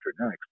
next